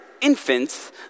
infants